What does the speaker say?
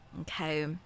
okay